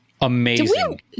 Amazing